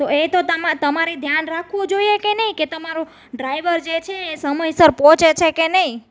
તો એ તો તમારે ધ્યાન રાખવું જોઈએ કે નહીં કે તમારો ડ્રાઈવર જે છે એ સમયસર પહોંચે છે કે નહીં